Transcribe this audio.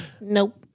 Nope